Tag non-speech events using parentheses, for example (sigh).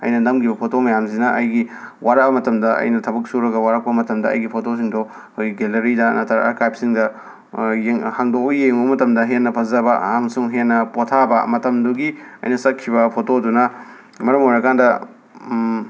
ꯑꯩꯅ ꯅꯝꯈꯤꯕ ꯐꯣꯇꯣ ꯃꯌꯥꯝꯁꯤꯅ ꯑꯩꯒꯤ ꯋꯥꯔꯛꯑꯕ ꯃꯇꯝꯗ ꯑꯩꯅ ꯊꯕꯛ ꯁꯨꯔꯒ ꯋꯥꯔꯛꯄ ꯃꯇꯝꯗ ꯑꯩꯒꯤ ꯐꯣꯇꯣꯁꯤꯡꯗꯣ ꯑꯩꯈꯣꯏ ꯒꯦꯂꯔꯤꯗ ꯅꯠꯇ꯭ꯔꯒ (unintelligible) ꯍꯥꯡꯗꯣꯛꯑꯒ ꯌꯦꯡꯉꯨꯕ ꯃꯇꯝꯗ ꯍꯦꯟꯅ ꯐꯖꯕ ꯑꯝꯁꯨꯡ ꯍꯦꯟꯅ ꯄꯣꯠꯊꯥꯕ ꯃꯇꯝꯗꯨꯒꯤ ꯑꯩꯅ ꯆꯠꯈꯤꯕ ꯐꯣꯇꯣꯗꯨꯅ ꯃꯔꯝ ꯑꯣꯏꯔꯀꯥꯟꯗ